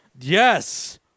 Yes